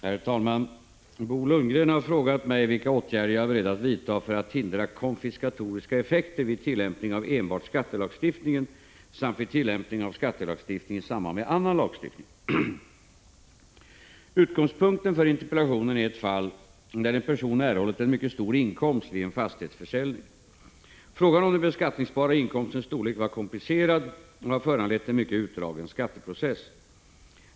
Herr talman! Bo Lundgren har frågat mig vilka åtgärder jag är beredd att vidta för att hindra konfiskatoriska effekter vid tillämpning av enbart skattelagstiftningen samt vid tillämpning av skattelagstiftningen i samband med annan lagstiftning. Utgångspunkten för interpellationen är ett fall där en person erhållit en mycket stor inkomst vid en fastighetsförsäljning. Frågan om den beskattningsbara inkomstens storlek var komplicerad och har föranlett en mycket utdragen skatteprocess.